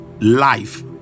life